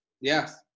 Yes